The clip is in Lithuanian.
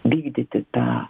vykdyti tą